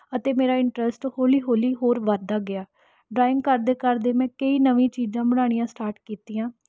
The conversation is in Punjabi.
ਅਤੇ ਮੇਰਾ ਇੰਟਰਸ਼ਟ ਹੌਲੀ ਹੌਲੀ ਹੋਰ ਵੱਧਦਾ ਗਿਆ ਡਰਾਇੰਗ ਕਰਦੇ ਕਰਦੇ ਮੈਂ ਕਈ ਨਵੀਆਂ ਚੀਜ਼ਾਂ ਬਣਾਉਣੀਆਂ ਸਟਾਰਟ ਕੀਤੀਆਂ